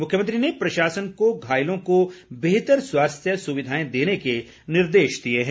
मुख्यमंत्री ने प्रशासन को घायलों को बेहतर स्वास्थ्य सुविधाएं देने के निर्देश दिए हैं